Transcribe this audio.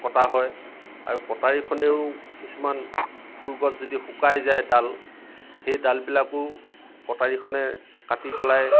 কটা হয় আৰু কটাৰীখনেও কিছুমান ফুল গছ যদি শুকাই যায় ডাল সেই ডালবিলাকো কটাৰীখনে কাটি পেলায়